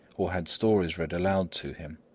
or had stories read aloud to him.